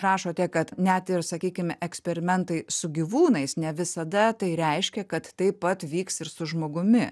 rašote kad net ir sakykime eksperimentai su gyvūnais ne visada tai reiškia kad taip pat vyks ir su žmogumi